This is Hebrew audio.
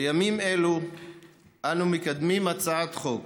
בימים אלו אנו מקדמים הצעת חוק